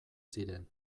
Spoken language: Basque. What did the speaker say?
ziren